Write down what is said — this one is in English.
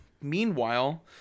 Meanwhile